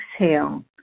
exhale